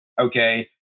Okay